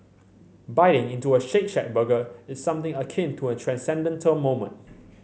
biting into a Shake Shack burger is something akin to a transcendental moment